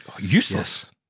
Useless